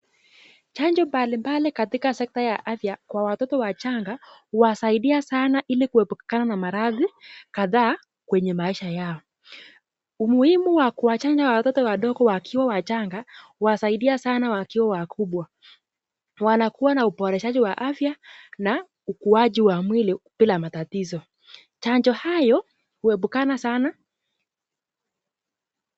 Chanjo mbali mbali katika sekta ya afya kwa watoto wachanga huwa saidia sana ili kuepukana na maradhi kadha kwenye maisha yao. Umuhimu wa kuwachanja watoto wadogo wakiwa wachanga huwasaidia sana wakiwa wakubwa. Wanakuwa na uboreshaji wa afya na ukuaji wa mwili bila matatizo. Chanjo hayo huebukana sana.